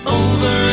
over